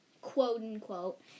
quote-unquote